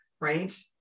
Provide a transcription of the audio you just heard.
right